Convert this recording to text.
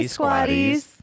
Squatties